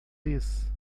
disse